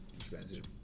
expensive